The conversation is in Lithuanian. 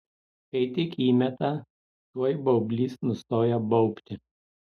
kai tik įmeta tuoj baublys nustoja baubti